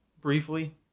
briefly